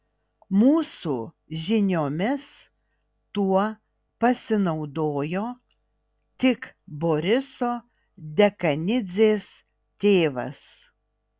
mūsų žiniomis tuo pasinaudojo tik boriso dekanidzės tėvas